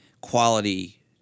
quality